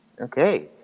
Okay